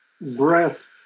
breath